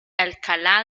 alcalá